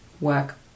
work